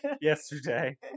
yesterday